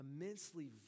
immensely